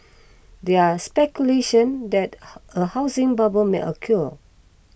there speculation that a housing bubble may occur